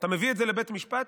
אתה מביא את זה לבית משפט,